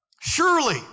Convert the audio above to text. Surely